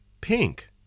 pink